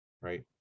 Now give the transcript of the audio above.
right